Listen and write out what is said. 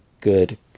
good